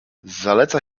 zaleca